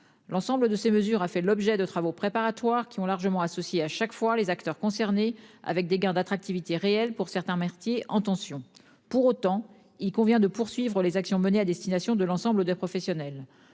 L'ensemble de ces mesures a fait l'objet de travaux préparatoires qui ont largement associés à chaque fois les acteurs concernés, avec des gains d'attractivité réelle pour certains merdier en tension. Pour autant, il convient de poursuivre les actions menées à destination de l'ensemble des professionnels.